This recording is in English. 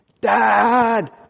Dad